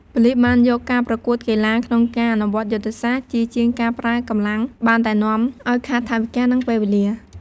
ប៉ូលិសបានយកការប្រគួតកីឡា ក្នុងការអនុវត្តយុទ្ធសាស្ត្រ ជាជាងការប្រើកម្លាំងបានដែលនាំអោយខាតថវិកា និងពេលវេលា។